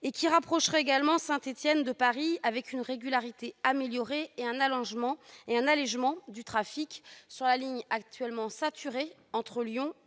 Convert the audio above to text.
de rapprocher Saint-Étienne de Paris avec une régularité améliorée et un allégement du trafic sur la ligne, actuellement saturée, reliant Lyon